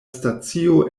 stacio